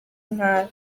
ntara